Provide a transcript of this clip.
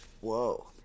Whoa